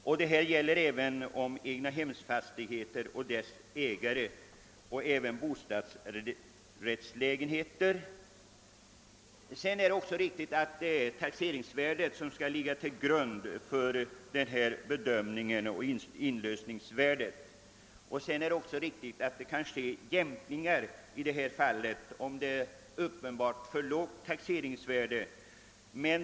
Vad som gäller för egnahemsfastighet och dess ägare har motsvarande tillämpning på bostadsrättslägenhet och den som innehar lägenhet med bostadsrätt. Det är riktigt att taxeringsvärdet skall läggas till grund för bestämmandet av inlösningsvärdet liksom att jämkningar kan ske om det är ett uppenbart för lågt taxeringsvärde.